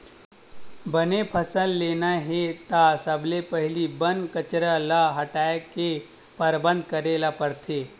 बने फसल लेना हे त सबले पहिली बन कचरा ल हटाए के परबंध करे ल परथे